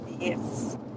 Yes